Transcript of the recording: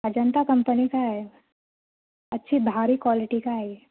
Ajanta company کا ہے اچھی بھاری کوالٹی کا ہے یہ